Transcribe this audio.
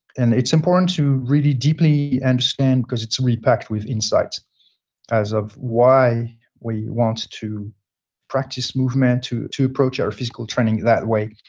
and it's important to really deeply understand because it's really packed with insights as of why we want to practice movement to to approach our physical training that way.